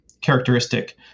characteristic